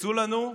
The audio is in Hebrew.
תקפצו לנו.